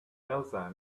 elsa